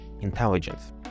intelligence